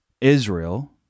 Israel